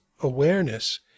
awareness